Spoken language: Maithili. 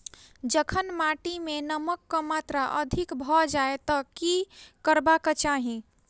जखन माटि मे नमक कऽ मात्रा अधिक भऽ जाय तऽ की करबाक चाहि?